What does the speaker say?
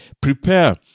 Prepare